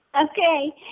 Okay